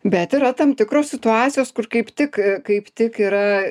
bet yra tam tikros situacijos kur kaip tik kaip tik yra